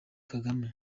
kagame